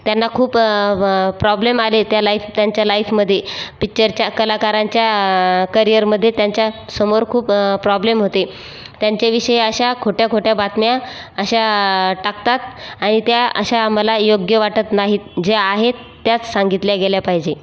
त्यांना खूप प्रॉब्लेम आले त्या लाईफ त्यांच्या लाईफमध्ये पिच्चरच्या कलाकारांच्या करिअरमध्ये त्यांच्यासमोर खूप प्रॉब्लेम होते त्यांच्याविषयी अशा खोट्या खोट्या बातम्या अशा टाकतात आणि त्या अशा मला या योग्य वाटत नाहीत जे आहेत त्याच सांगितल्या गेल्या पाहिजे